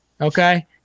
Okay